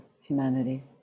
humanity